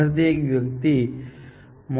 અહીં અન્ય વિકલ્પો હોઈ શકે છે